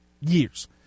years